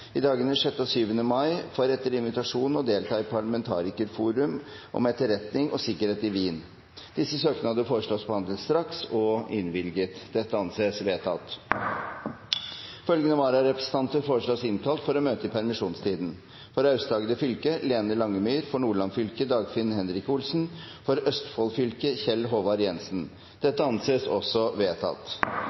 i dagene 6. og 7. mai for etter invitasjon å delta i parlamentarikerforum om etterretning og sikkerhet i Wien Etter forslag fra presidenten ble enstemmig besluttet: Søknadene behandles straks og innvilges. Følgende vararepresentanter innkalles for å møte i permisjonstiden: For Aust-Agder fylke: Lene LangemyrFor Nordland fylke: Dagfinn Henrik OlsenFor Østfold fylke: Kjell Håvard Jensen